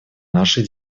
нашей